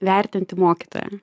vertinti mokytoją